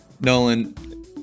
Nolan